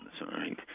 sorry